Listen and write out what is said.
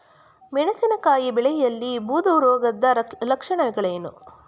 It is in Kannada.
ಮೆಣಸಿನಕಾಯಿ ಬೆಳೆಯಲ್ಲಿ ಬೂದು ರೋಗದ ಲಕ್ಷಣಗಳೇನು?